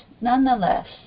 Nonetheless